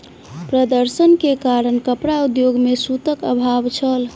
प्रदर्शन के कारण कपड़ा उद्योग में सूतक अभाव छल